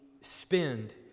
spend